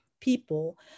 people